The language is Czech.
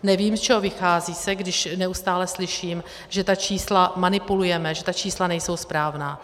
Nevím, z čeho se vychází, když neustále slyším, že ta čísla manipulujeme, že ta čísla nejsou správná.